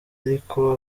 ariko